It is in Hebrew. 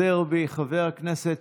אדוני כבוד יושב-ראש הכנסת,